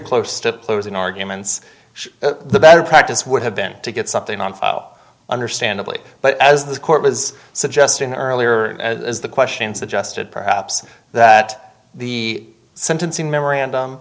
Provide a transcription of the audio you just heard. close to losing arguments the better practice would have been to get something on file understandably but as the court was suggesting earlier as the question suggested perhaps that the sentencing memorandum